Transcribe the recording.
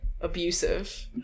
abusive